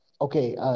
Okay